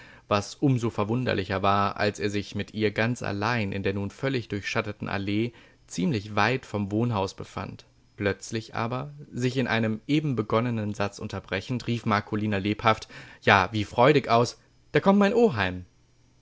was um so verwunderlicher war als er sich mit ihr ganz allein in der nun völlig durchschatteten allee ziemlich weit vom wohnhaus befand plötzlich aber sich in einem eben begonnenen satz unterbrechend rief marcolina lebhaft ja wie freudig aus da kommt mein oheim